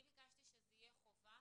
אני ביקשתי שזה יהיה חובה